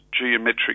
geometric